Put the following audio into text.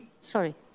sorry